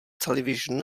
television